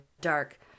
dark